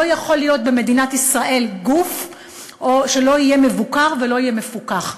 לא יכול להיות במדינת ישראל גוף שלא יהיה מבוקר ולא יהיה מפוקח.